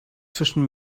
zwischen